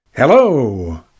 Hello